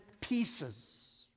pieces